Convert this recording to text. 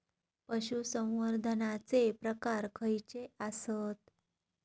पशुसंवर्धनाचे प्रकार खयचे आसत?